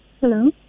Hello